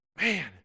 man